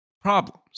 problems